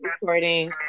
recording